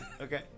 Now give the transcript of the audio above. Okay